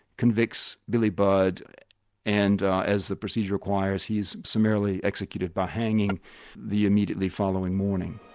convicts billy budd and as the procedure requires he is summarily executed by hanging the immediately following morning.